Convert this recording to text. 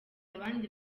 abandi